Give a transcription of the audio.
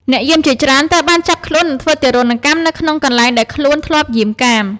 អ្នកយាមជាច្រើនត្រូវបានចាប់ខ្លួន និងធ្វើទារុណកម្មនៅក្នុងកន្លែងដែលខ្លួនធ្លាប់យាមកាម។